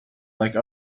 like